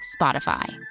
Spotify